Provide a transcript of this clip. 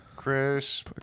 Chris